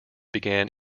began